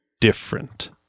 different